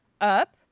up